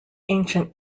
ancient